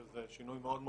שזה שינוי מאוד דרמטי,